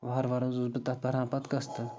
وارٕ وارٕ حظ اوسُس بہٕ تَتھ بَران پَتہٕ قٕسطٕ